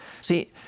See